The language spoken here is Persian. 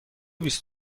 بیست